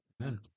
Amen